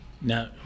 Now